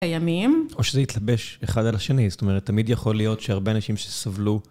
הימים. או שזה יתלבש אחד על השני, זאת אומרת, תמיד יכול להיות שהרבה אנשים שסבלו...